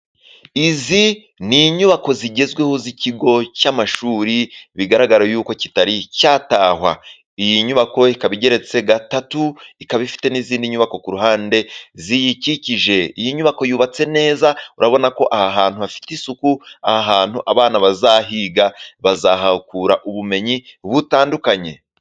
Izi ni inyubako zigezweho z'ikigo cy'amashuri bigaragara yuko kitari cyatahwa, iyi nyubako ikaba igeretse gatatu ,ikaba ifite n'izindi nyubako ku ruhande ziyikikije, iyi nyubako yubatse neza urabona ko aha hantu hafite isuku, aha hantu abana bazahiga bazahakura ubumenyi butandukanye.